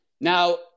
now